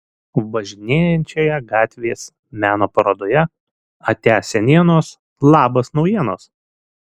važinėjančioje gatvės meno parodoje atia senienos labas naujienos